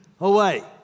away